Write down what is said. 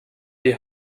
die